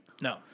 No